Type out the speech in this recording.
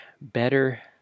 better